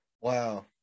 Wow